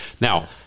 Now